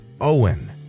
Owen